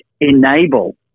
enable